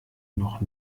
noch